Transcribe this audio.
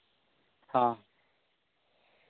ᱦᱚᱸ